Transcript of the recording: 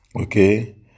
Okay